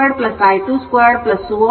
in2 ನೇರ ಅನುಪಾತದಲ್ಲಿರುತ್ತದೆ